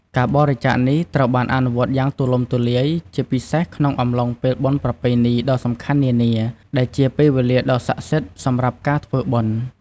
ការបរិច្ចាគនេះត្រូវបានអនុវត្តយ៉ាងទូលំទូលាយ ជាពិសេសក្នុងអំឡុងពេលបុណ្យប្រពៃណីដ៏សំខាន់នានា ដែលជាពេលវេលាដ៏ស័ក្តិសិទ្ធិសម្រាប់ការធ្វើបុណ្យ។